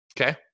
okay